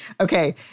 Okay